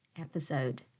episode